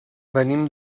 venim